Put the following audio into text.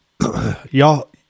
y'all